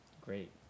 great